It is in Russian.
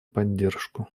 поддержку